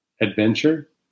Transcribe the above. adventure